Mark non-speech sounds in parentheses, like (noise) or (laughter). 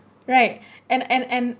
right (breath) and and and